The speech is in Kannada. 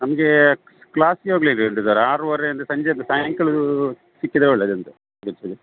ನಮಗೆ ಕ್ಲಾಸಿಗೆ ಹೋಗ್ಲಿಕ್ಕೆ ಉಂಟು ಸರ್ ಆರುವರೆಯಿಂದ ಸಂಜೆದು ಸಾಯಂಕಾಲ್ದವರೆಗೂ ಸಿಕ್ಕಿದರೆ ಒಳ್ಳೆದುಂಟು ಅದಕ್ಕೆ